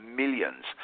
millions